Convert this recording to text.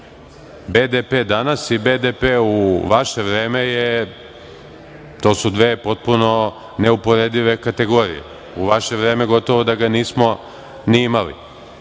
danas i BDP u vaše vreme je, to su dve potpuno neuporedive kategorije i u vaše vreme gotovo da ga nismo imali.